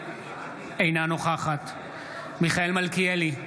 אינה נוכחת מיכאל מלכיאלי,